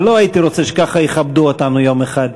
אבל לא הייתי רוצה שככה יכבדו אותנו ביום אחד,